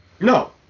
No